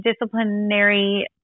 disciplinary